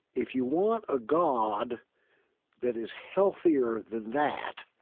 if you want a god that is healthier than that,